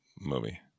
movie